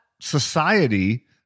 society